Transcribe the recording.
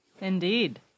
Indeed